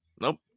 Nope